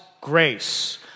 grace